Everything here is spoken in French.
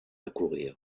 accourir